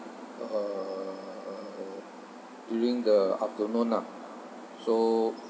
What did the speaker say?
uh uh during the afternoon ah so